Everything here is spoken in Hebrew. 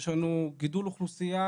יש לנו גידול אוכלוסייה